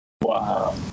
wow